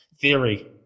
theory